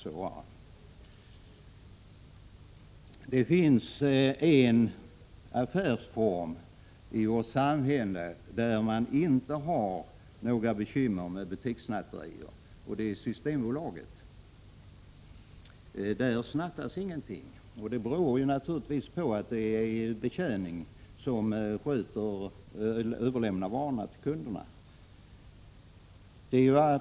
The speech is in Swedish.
I vårt samhälle finns en affärsform där man inte har några bekymmer med butikssnatterier, nämligen systembutiker. Där snattas ingenting. Det beror naturligtvis på betjäning; expediten överlämnar varorna till kunderna.